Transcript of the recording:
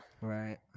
right